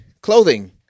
clothing